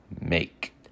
make